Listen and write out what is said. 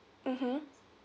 mmhmm